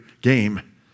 game